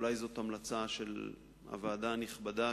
אולי זאת המלצה של הוועדה הנכבדה,